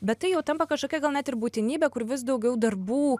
bet tai jau tampa kažkokia gal net ir būtinybe kur vis daugiau darbų